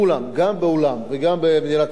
גם בעולם וגם במדינת ישראל.